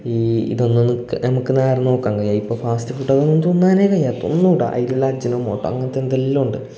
ഈ ഇതൊന്നു നിക്ക് നമുക്ക് നേരെ നോക്കാങ്കയ്യ ഇപ്പം ഫാസ്റ്റ് ഫുഡ്ഡൊന്നു തിന്നാനേ കയ്യ തിന്നൂട അതിലുള്ള അജിനോമോട്ടോ അങ്ങനത്തെ എന്തെല്ലോ ഉണ്ട്